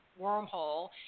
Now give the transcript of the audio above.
wormhole